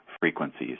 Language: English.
frequencies